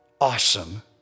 awesome